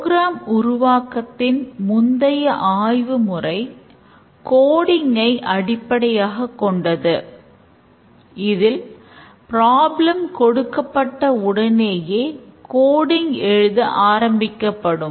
புரோகிராம்ஏ ஆகும்